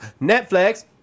Netflix